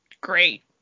great